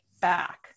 back